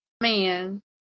man